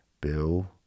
Bill